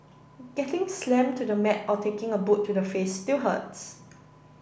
getting slammed to the mat or taking a boot to the face still hurts